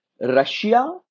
Russia